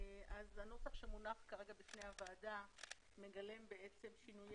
הנוסח שמונח כרגע בפני הוועדה מגלם שינויי